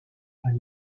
are